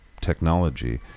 technology